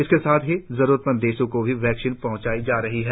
इसके साथ ही जरूरतमंद देशों को भी वैक्सीन पहंचाई जा रही है